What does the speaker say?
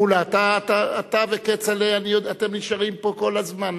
מולה, אתה וכצל'ה, אתם נשארים פה כל הזמן.